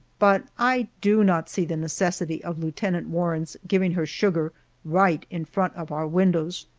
but i do not see the necessity of lieutenant warren's giving her sugar right in front of our windows!